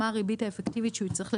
מה הריבית האפקטיבית שהוא יצטרך לשלם,